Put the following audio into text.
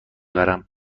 برم